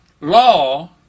Law